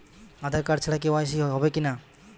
আধার card ছাড়া KYC হবে কিনা?